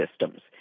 systems